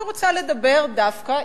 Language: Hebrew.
אבל אני רוצה לדבר דווקא,